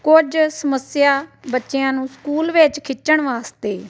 ਕੁਝ ਸਮੱਸਿਆ ਬੱਚਿਆਂ ਨੂੰ ਸਕੂਲ ਵਿੱਚ ਖਿੱਚਣ ਵਾਸਤੇ